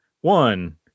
one